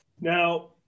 Now